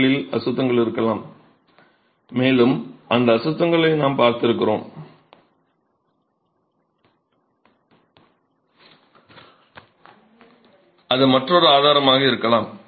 செங்கல்லில் அசுத்தங்கள் இருக்கலாம் மேலும் அந்த அசுத்தங்களை நாம் பார்த்திருக்கிறோம் அது மற்றொரு ஆதாரமாக இருக்கலாம்